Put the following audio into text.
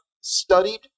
studied